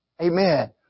Amen